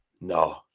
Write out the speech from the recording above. No